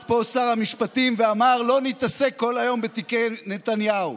פה שר המשפטים ואמר: לא נתעסק כל היום בתיקי נתניהו.